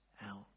out